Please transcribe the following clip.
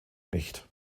nicht